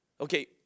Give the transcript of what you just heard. Okay